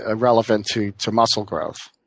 ah relevant to to muscle growth.